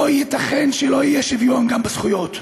לא ייתכן שלא יהיה שוויון גם בזכויות.